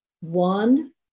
one